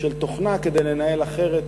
של תוכנה כדי לנהל אחרת